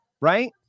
right